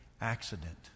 accident